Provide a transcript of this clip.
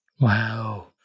Wow